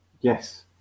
yes